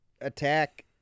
attack